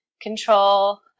control